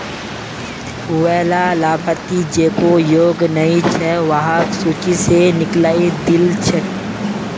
वैला लाभार्थि जेको योग्य नइ छ वहाक सूची स निकलइ दिल छेक